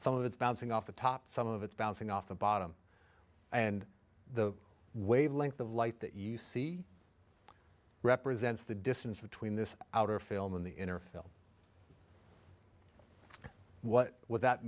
some of it's bouncing off the top some of it's bouncing off the bottom and the wavelength of light that you see represents the distance between this outer film and the inner field what that